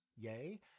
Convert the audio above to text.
yay